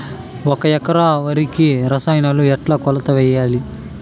ఒక ఎకరా వరికి రసాయనాలు ఎట్లా కొలత వేయాలి?